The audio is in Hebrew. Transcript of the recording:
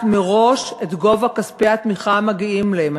מראש את גובה כספי התמיכה המגיעים להם.